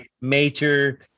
major